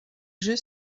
jeu